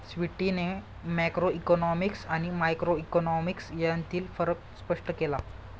स्वीटीने मॅक्रोइकॉनॉमिक्स आणि मायक्रोइकॉनॉमिक्स यांतील फरक स्पष्ट केला